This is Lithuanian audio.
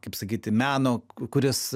kaip sakyti meno kuris